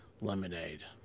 lemonade